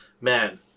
man